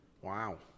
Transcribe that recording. wow